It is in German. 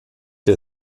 der